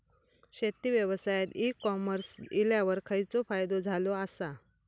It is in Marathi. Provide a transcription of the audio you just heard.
शेती व्यवसायात ई कॉमर्स इल्यावर खयचो फायदो झालो आसा?